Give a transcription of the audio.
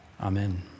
Amen